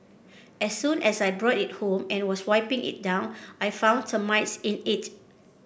as soon as I brought it home and was wiping it down I found termites in it